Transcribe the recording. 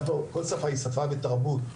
שפה היא תרבות,